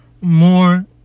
more